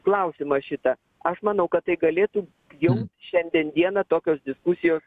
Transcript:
klausimą šitą aš manau kad tai galėtų jau šiandien dieną tokios diskusijos